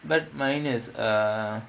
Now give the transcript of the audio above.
but mine is a